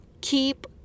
keep